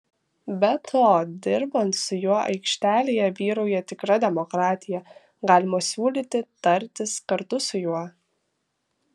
be to dirbant su juo aikštelėje vyrauja tikra demokratija galima siūlyti tartis kartu su juo